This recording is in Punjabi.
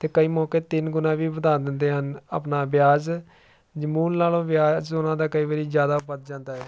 ਅਤੇ ਕਈ ਮੌਕੇ ਤਿੰਨ ਗੁਣਾ ਵੀ ਵਧਾ ਦਿੰਦੇ ਹਨ ਆਪਣਾ ਵਿਆਜ ਜੇ ਮੂਲ ਨਾਲੋਂ ਵਿਆਜ ਉਹਨਾਂ ਦਾ ਕਈ ਵਾਰੀ ਜ਼ਿਆਦਾ ਵੱਧ ਜਾਂਦਾ ਹੈ